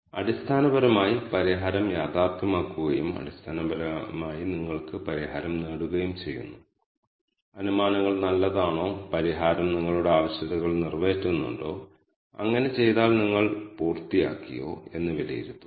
ഞാൻ k max ന് പത്തിന്റെ മൂല്യം നൽകുകയും ഒരു മെമ്മറി മുൻകൂട്ടി അനുവദിക്കുകയും ചെയ്യുന്നു അതിനാൽ ഇത്രയധികം ക്ലസ്റ്ററുകൾ അവിടെയുണ്ട് കൂടാതെ ഞാൻ NA കൾ ഇത്രയും തവണ ആവർത്തിക്കുന്നു